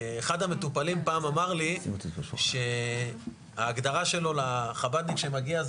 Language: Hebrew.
אחד המטופלים פעם אמר לי שההגדרה שלו לחב"דניק שמגיע,